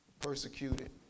persecuted